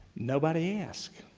nobody asked.